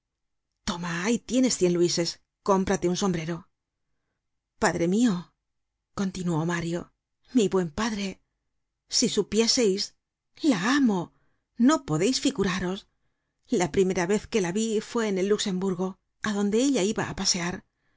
toma ahí tienes cien luises cómprate un sombrero padre mio continuó mario mi buen padre si supiéseis la amo no podeis figuraros la primera vez que la vi fue en el luxemburgo á donde ella iba á pasear